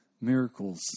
miracles